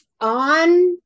on